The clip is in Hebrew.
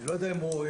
אני לא יודע אם הוא...